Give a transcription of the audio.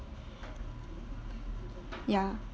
ya